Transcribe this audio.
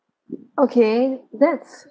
okay that's